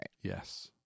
Yes